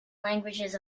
languages